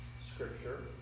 scripture